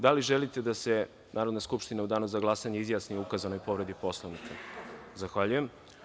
Da li želite da se Narodna skupština u danu za glasanje izjasni o ukazanoj povredi Poslovnika? (Goran Ćirić: Da.) Zahvaljujem.